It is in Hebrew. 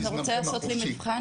קראתי אותם, אתה רוצה לעשות לי מבחן?